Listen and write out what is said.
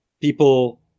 people